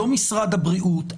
לא משרד הבריאות,